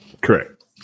Correct